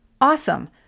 awesome